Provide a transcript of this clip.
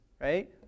right